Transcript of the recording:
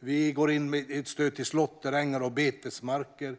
Vi går in med ett stöd till slåtterängar och betesmarker.